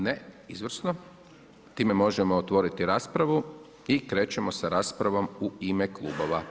Ne, izvrsno, time možemo otvoriti raspravu i krećemo sa raspravom u ime klubova.